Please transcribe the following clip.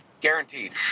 Guaranteed